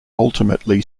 ultimately